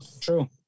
True